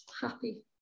happy